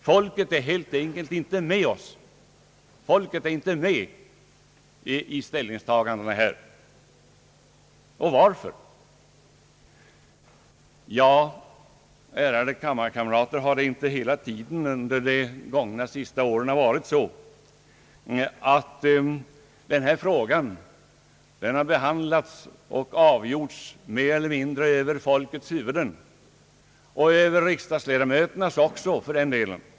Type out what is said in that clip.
Folket är helt enkelt inte med oss i våra ställningstaganden här. Varför? Ärade kammarkamrater — har det inte hela tiden under de senast gångna åren varit så att denna fråga har behandlats och avgjorts mer eller mindre över folkets huvuden, ja, över riksdagsledamöternas också för den delen?